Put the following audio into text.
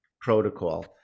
protocol